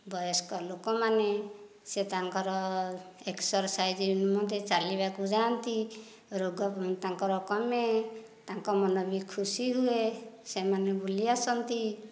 ବୟସ୍କ ଲୋକ ମାନେ ସିଏ ତାଙ୍କର ଏକ୍ସର୍ସାଇଜ଼ ନିମନ୍ତେ ଚାଲିବାକୁ ଯାଆନ୍ତି ରୋଗ ତାଙ୍କର କମେ ତାଙ୍କ ମନ ବି ଖୁସି ହୁଏ ସେମାନେ ବି ବୁଲି ଆସନ୍ତି